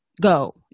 go